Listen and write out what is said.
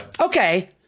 Okay